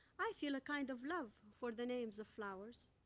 i feel a kind of love for the names of flowers.